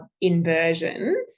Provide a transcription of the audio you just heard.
inversion